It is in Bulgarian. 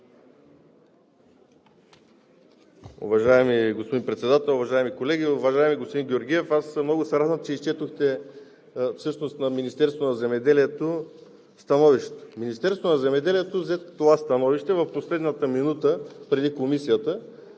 Уважаеми господин Председател, уважаеми колеги! Уважаеми господин Георгиев, много се радвам, че изчетохте всъщност становището на Министерството на земеделието. Министерството на земеделието взе това становище в последната минута преди Комисията,